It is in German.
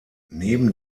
neben